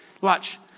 Watch